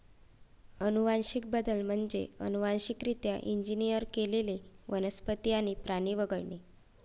अनुवांशिक बदल म्हणजे अनुवांशिकरित्या इंजिनियर केलेले वनस्पती आणि प्राणी वगळणे